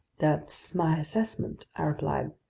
that's my assessment, i replied.